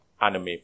anime